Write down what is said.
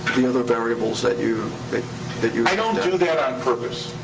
the other variables that you but that you i don't do that on purpose.